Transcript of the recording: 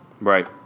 Right